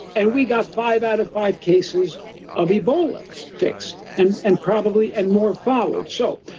and we got five out of five cases of ebola fixed, and and probably, and more followed. so,